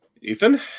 Ethan